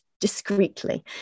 discreetly